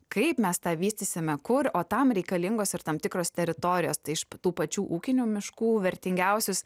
kaip mes tą vystysime kur o tam reikalingos ir tam tikros teritorijos tai iš tų pačių ūkinių miškų vertingiausius